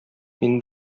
мин